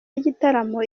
y’igitaramo